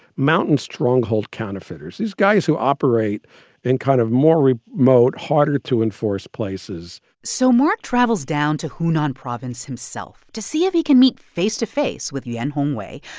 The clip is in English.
mountain stronghold counterfeiters these guys who operate in kind of more remote, harder-to-enforce places so mark travels down to hunan province himself to see if he can meet face-to-face with yuan hongwei.